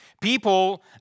people